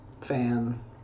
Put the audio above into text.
fan